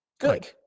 good